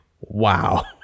Wow